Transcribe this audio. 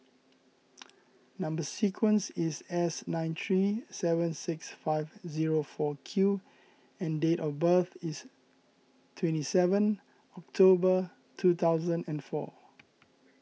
Number Sequence is S nine three seven six five zero four Q and date of birth is twenty seven October two thousand and four